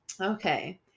Okay